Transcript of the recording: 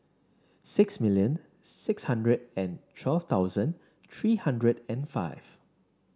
six million six hundred and twelve thousand three hundred and five